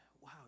wow